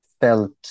felt